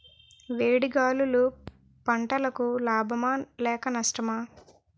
వేడి గాలులు పంటలకు లాభమా లేక నష్టమా?